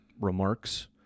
remarks